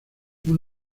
uno